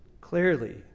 Clearly